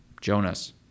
Jonas